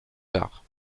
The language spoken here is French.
tard